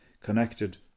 connected